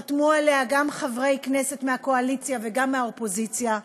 חתמו עליה גם חברי כנסת מהקואליציה וגם מהאופוזיציה.